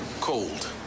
Cold